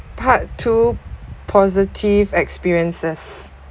part two positive experiences